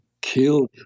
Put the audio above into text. killed